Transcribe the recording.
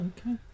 okay